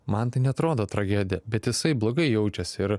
man tai neatrodo tragedija bet jisai blogai jaučiasi ir